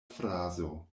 frazo